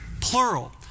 plural